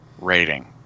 rating